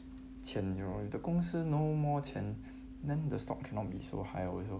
钱 you know if the 公司 no more 钱 then the stock cannot be so high also